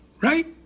Right